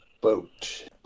boat